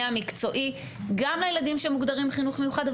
המקצועי גם לילדים שמוגדרים חינוך מיוחד,